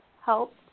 help